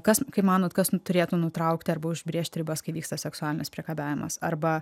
kas kaip manot kas nu turėtų nutraukti arba užbrėžti ribas kai vyksta seksualinis priekabiavimas arba